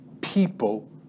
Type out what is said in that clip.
people